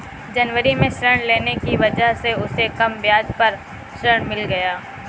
जनवरी में ऋण लेने की वजह से उसे कम ब्याज पर ऋण मिल गया